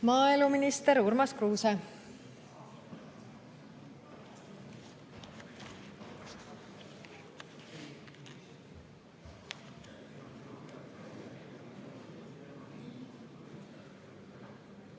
Maaeluminister Urmas Kruuse.